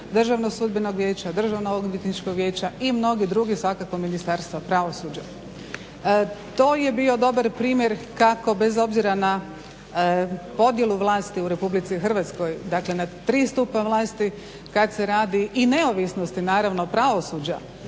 Državnog sudbenog vijeća, Državnog odvjetničkog vijeća i mnogi drugi svakako Ministarstva pravosuđa. To je bio dobar primjer kako bez obzira na podjelu vlasti u RH, dakle na tri stupa vlasti kad se radi i neovisnosti naravno pravosuđa